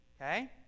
Okay